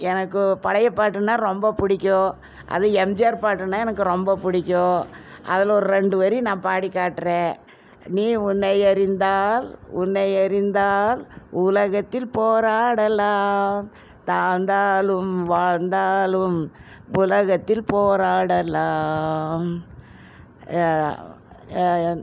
எனக்கு பழைய பாட்டுனா ரொம்ப பிடிக்கும் அதும் எம்ஜிஆர் பாட்டுனால் எனக்கு ரொம்ப பிடிக்கும் அதில் ஒரு ரெண்டு வரி நான் பாடி காட்டுறேன் நீ உன்னை அறிந்தால் உன்னை அறிந்தால் உலகத்தில் போராடலாம் தாழ்ந்தாலும் வாழ்ந்தாலும் உலகத்தில் போராடலாம்